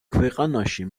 ქვეყანაში